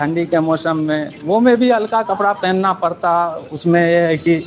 ٹھنڈی کے موسم میں وہ میں بھی ہلکا کپڑا پہننا پڑتا اس میں یہ ہے کہ